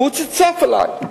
והוא צפצף עלי.